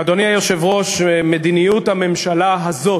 אדוני היושב-ראש, מדיניות הממשלה הזאת,